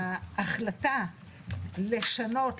שההחלטה לשנות,